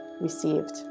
received